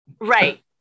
right